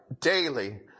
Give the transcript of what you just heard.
daily